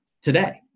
today